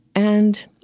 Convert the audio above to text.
and